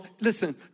listen